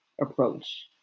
approach